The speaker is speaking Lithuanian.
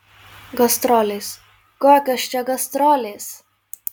gastrolės kokios čia gastrolės